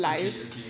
okay okay